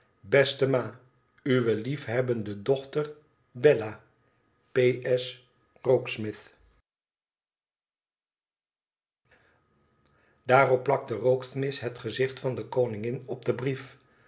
beste ma uwe liefhebbende dochter bella p s rokksmith daarop plakte rokesmith het gezicht van de koningin op den brief